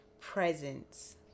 presence